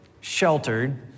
sheltered